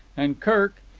and kirk,